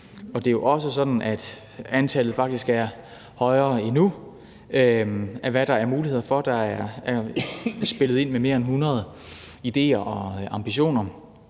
Det er jo også sådan, at antallet faktisk er endnu højere, end hvad der er muligheder for. Der er spillet ind med mere end 100 idéer og ambitioner,